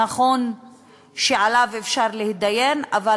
נכון שאפשר להתדיין עליו,